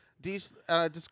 describe